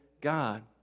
God